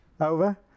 Over